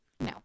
No